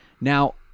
Now